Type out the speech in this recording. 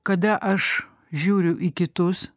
kada aš žiūriu į kitus